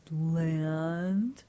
land